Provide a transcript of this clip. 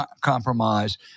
compromise